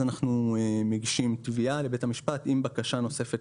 אנחנו מגישים תביעה לבית המשפט עם בקשה נוספת